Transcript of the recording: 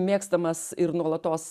mėgstamas ir nuolatos